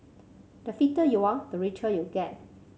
the fitter you are the richer you get